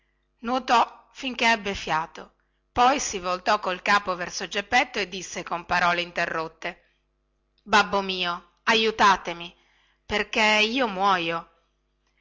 nuotò finché ebbe fiato poi si voltò col capo verso geppetto e disse con parole interrotte babbo mio aiutatemi perché io muoio